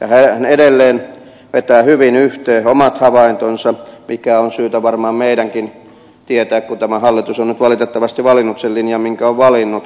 hän edelleen vetää hyvin yhteen omat havaintonsa mikä on syytä varmaan meidänkin tietää kun tämä hallitus on nyt valitettavasti valinnut sen linjan minkä on valinnut